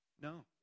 No